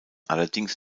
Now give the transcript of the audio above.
allerdings